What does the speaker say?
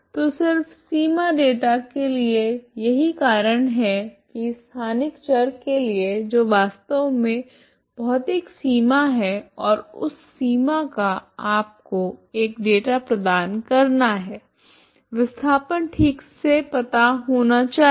तो सिर्फ सीमा डेटा के लिए यही कारण है कि स्थानिक चर के लिए जो वास्तव में भौतिक सीमा है और उस सीमा का आपको एक डेटा प्रदान करना हैं विस्थापन ठीक से पता होना चाहिए